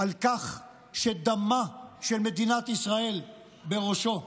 על כך שדמה של מדינת ישראל בראשם.